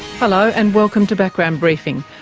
hello, and welcome to background briefing.